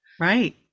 right